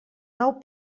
nou